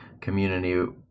community